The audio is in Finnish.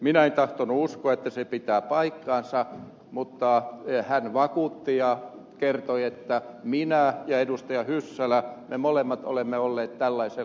minä en tahtonut uskoa että se pitää paikkansa mutta hän vakuutti ja kertoi että minä ja ministeri hyssälä me molemmat olemme olleet tällaisen lain säätämässä